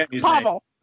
Pavel